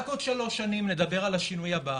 רק עוד שלוש שנים נדבר על השינוי הבא.